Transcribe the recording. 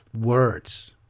words